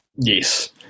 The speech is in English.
Yes